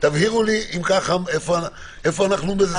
תבהירו לי איפה אנחנו באיזה סוגיה.